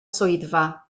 swyddfa